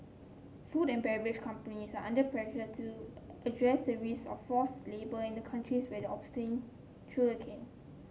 food and beverage companies are under pressure to address the risk of forced labour in the countries where they obtain sugarcane